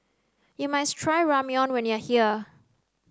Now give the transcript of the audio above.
You must try Ramyeon when you are here